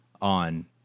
on